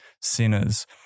sinners